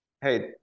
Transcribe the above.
Hey